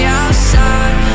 outside